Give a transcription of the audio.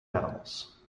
animals